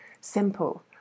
simple